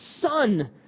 Son